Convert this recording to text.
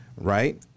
Right